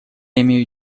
имею